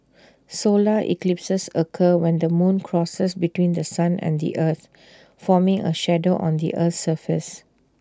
solar eclipses occur when the moon crosses between The Sun and the earth forming A shadow on the Earth's surface